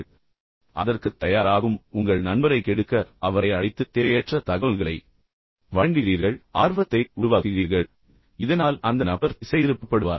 எனவே அதற்குத் தயாராகும் உங்கள் நண்பரை நீங்கள் கெடுக்க விரும்புகிறீர்கள் நீங்கள் அழைத்து தேவையற்ற தகவல்களை வழங்குகிறீர்கள் ஆர்வத்தை உருவாகுகிறீர்கள் இதனால் அந்த நபர் அதிலிருந்து திசைதிருப்பப்படுவார்